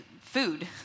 food